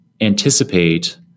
anticipate